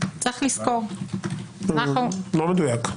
לא מדויק.